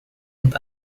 und